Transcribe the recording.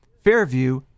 fairview